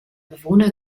bewohner